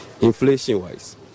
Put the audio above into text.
Inflation-wise